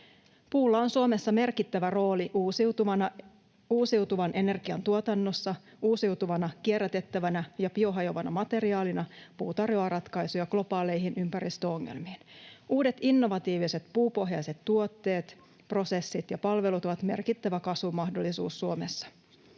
Puulla on Suomessa merkittävä rooli uusiutuvan energian tuotannossa. Uusiutuvana kierrätettävänä ja biohajoavana materiaalina puu tarjoaa ratkaisuja globaaleihin ympäristöongelmiin. Uudet innovatiiviset puupohjaiset tuotteet, prosessit ja palvelut ovat merkittävä kasvumahdollisuus Suomessa.